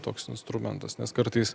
toks instrumentas nes kartais